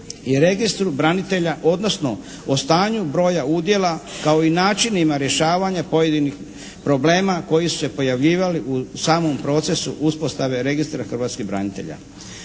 i Registru branitelja odnosno o stanju broja udjela kao i načinima rješavanja pojedinih problema koji su se pojavljivali u samom procesu uspostave Registra hrvatskih branitelja.